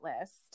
list